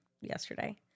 yesterday